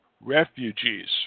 refugees